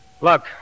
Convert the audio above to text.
Look